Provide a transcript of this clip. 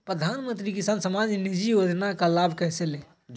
प्रधानमंत्री किसान समान निधि योजना का लाभ कैसे ले?